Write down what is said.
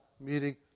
meeting